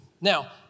Now